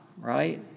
right